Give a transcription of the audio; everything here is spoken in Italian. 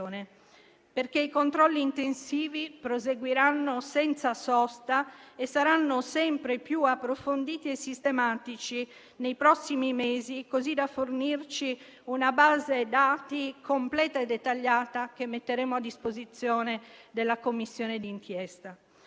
I controlli intensivi proseguiranno senza sosta e saranno sempre più approfonditi e sistematici nei prossimi mesi, così da fornirci una base dati completa e dettagliata, che metteremo a disposizione della Commissione di inchiesta.